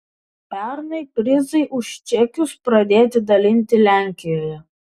pernai prizai už čekius pradėti dalinti lenkijoje